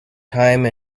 time